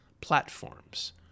platforms